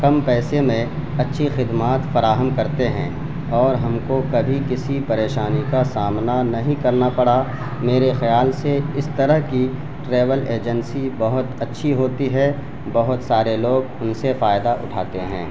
کم پیسے میں اچھی خدمات فراہم کرتے ہیں اور ہم کو کبھی کسی پریشانی کا سامنا نہیں کرنا پڑا میرے خیال سے اس طرح کی ٹریول ایجنسی بہت اچھی ہوتی ہے بہت سارے لوگ ان سے فائدہ اٹھاتے ہیں